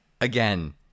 again